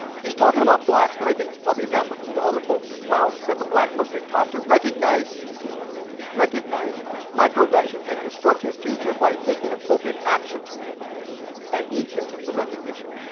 he's talking about blacks, but i think this probably is applicable to other folks as well. he said, the black must be taught to recognize recognize microaggressions and construct his future by taking appropriate action at each instance of recognition.